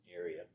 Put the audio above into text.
area